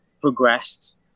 progressed